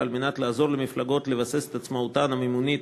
וכדי לעזור למפלגות לבסס את עצמאותן המימונית,